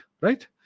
right